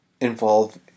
involve